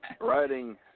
writing